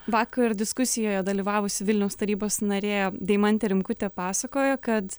vakar diskusijoje dalyvavusi vilniaus tarybos narė deimantė rimkutė pasakoja kad